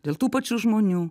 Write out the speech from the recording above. dėl tų pačių žmonių